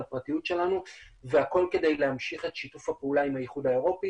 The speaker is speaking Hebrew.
הפרטיות שלנו והכול כדי להמשיך את שיתוף הפעולה עם האיחוד האירופי.